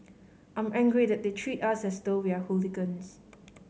I'm angry that they treat us as though we are hooligans